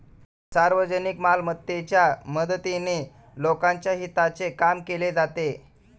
सार्वजनिक मालमत्तेच्या मदतीने लोकांच्या हिताचे काम केले जाते